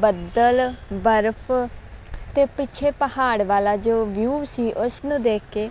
ਬੱਦਲ ਬਰਫ ਅਤੇ ਪਿੱਛੇ ਪਹਾੜ ਵਾਲਾ ਜੋ ਵਿਊ ਸੀ ਉਸ ਨੂੰ ਦੇਖ ਕੇ